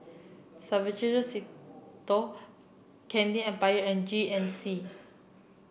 Suavecito Candy Empire and G N C